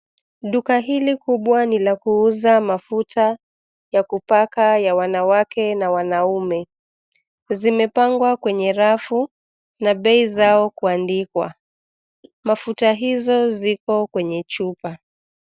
Duka hili kubwa ni la kuuza mafuta ya kupaka ya wanawake na wanaume. Zimepangwa kwenye rafu na bei zao kuandikwa. Mafuta hizo ziko kwenye chupa.